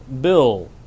Bill